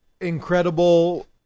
incredible